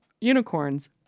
unicorns